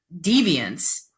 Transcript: deviance